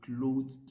clothed